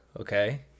okay